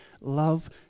love